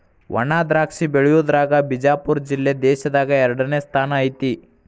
ವಣಾದ್ರಾಕ್ಷಿ ಬೆಳಿಯುದ್ರಾಗ ಬಿಜಾಪುರ ಜಿಲ್ಲೆ ದೇಶದಾಗ ಎರಡನೇ ಸ್ಥಾನ ಐತಿ